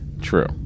true